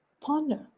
ponder